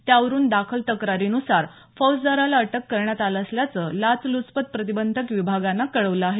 त्यावरून दाखल तक्रारीन्सार फौजदाराला अटक करण्यात आलं असल्याचं लाचलुचपत प्रतिबंधक विभागानं कळवलं आहे